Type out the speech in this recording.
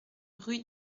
rue